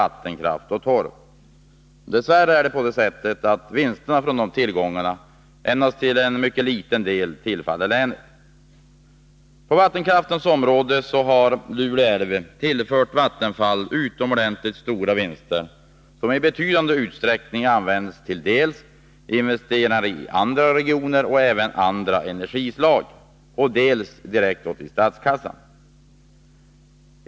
vattenkraft och torv. Dessvärre har vinsterna från dessa tillgångar endast till en mycket liten del tillfallit länet. På vattenkraftens område har Lule älv tillfört Vattenfall utomordenligt stora vinster, som i betydande utsträckning använts dels till investeringar i andra regioner och energislag, dels gått direkt till statskassan.